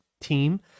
team